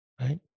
right